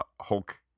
hulk